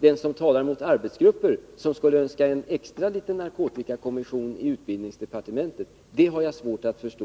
Den som talar mot arbetsgrupper och som skulle önska en extra liten narkotikakommission i utbildningsdepartementet har jag svårt att förstå.